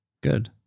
Good